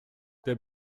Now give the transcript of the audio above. der